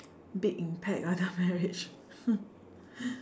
big impact ah the marriage